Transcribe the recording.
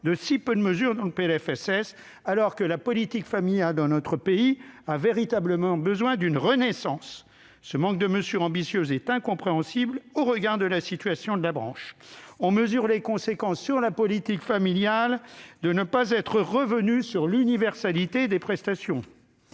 de si peu de mesures dans le PLFSS, alors que la politique familiale dans notre pays a besoin d'une renaissance. Ce manque de mesures ambitieuses est incompréhensible au regard de la situation de la branche. On mesure les conséquences sur la politique familiale du fait de n'être pas revenu sur l'universalité des prestations.